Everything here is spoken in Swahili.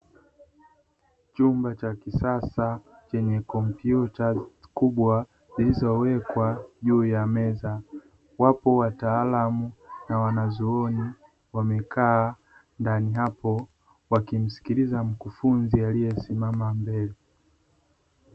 Chumba cha kisasa chenye kompyuta kubwa zilizowekwa juu ya meza, wapo wataalamu na wanazuoni wamekaa ndani hapo wakimsikiliza mkufunzi aliyesimama mbele.